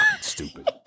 Stupid